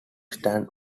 stands